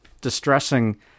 distressing